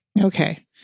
Okay